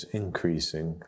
increasing